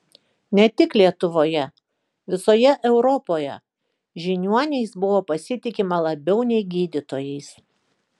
ne tik lietuvoje visoje europoje žiniuoniais buvo pasitikima labiau nei gydytojais